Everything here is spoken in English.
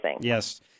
Yes